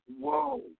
whoa